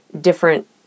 different